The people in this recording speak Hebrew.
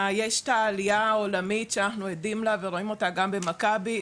יש את העלייה העולמית שאנחנו עדים לה ורואים אותה גם ב'מכבי'.